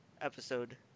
episode